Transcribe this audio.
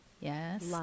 yes